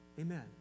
Amen